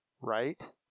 right